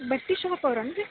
ಬಟ್ಟೆ ಶಾಪ್ ಅವ್ರೇನ್ ರೀ